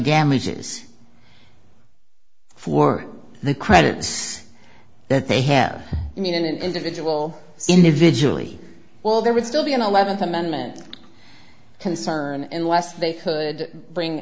damages for the credits that they have i mean in an individual individually well there would still be an eleventh amendment concern in lest they could bring